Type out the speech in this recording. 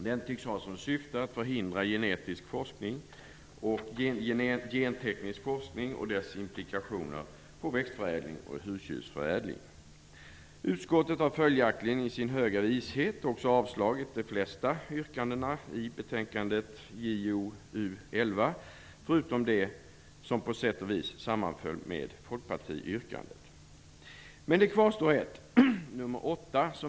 Den tycks ha som syfte att förhindra genteknisk forskning och dess implikationer på växtförädling och husdjursförädling. Utskottet har följaktligen i sin höga vishet i betänkande JoU11 också avstyrkt de flesta yrkandena, förutom det som på sätt och vis sammanföll med folkpartiyrkandet. Men det kvarstår ett yrkande, nr 8.